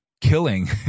killing